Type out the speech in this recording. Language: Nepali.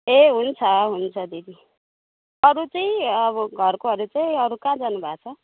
ए हुन्छ हुन्छ दिदी अरू चाहिँ अब घरकोहरू चाहिँ अरू कहाँ जानुभएको छ